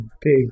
big